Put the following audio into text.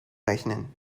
rechnen